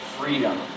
freedom